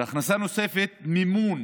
והכנסה נוספת, מימון